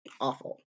awful